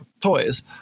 toys